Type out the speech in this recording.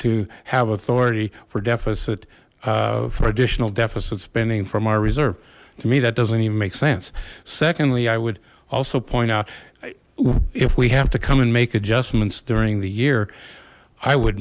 authority for deficit for additional deficit spending from our reserve to me that doesn't even make sense secondly i would also point out if we have to come and make adjustments during the year i would